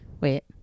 wait